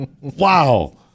Wow